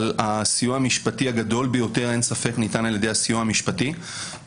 אין ספק אבל שהסיוע המשפטי הגדול ביותר ניתן על ידי הסיוע המשפטי.